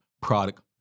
Product